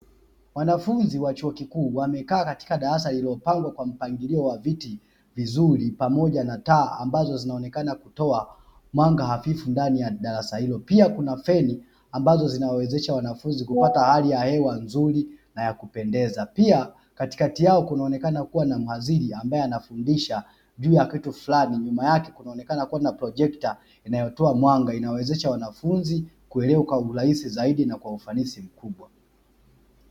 Wanafunzi wa chuo kikuu wamekaa katika darasa lililopangwa kwa mpangilio wa viti vizuri, pamoja na taa ambazo zinaonekana kutoa mwanga hafifu ndani ya darasa hilo, pia kuna feni ambazo zinawezesha wanafunzi kupata hali ya hewa nzuri na ya kupendeza, pia katikati yao kunaonekana kuwa na mhadhiri ambaye anafundisha juu ya kitu fulani, nyuma yake kunaonekana kuwa na projekta inayotoa mwanga inawezesha wanafunzi kuelewa kwa urahisi zaidi na kwa ufanisi mkubwa.